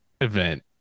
event